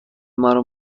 مرا